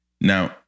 Now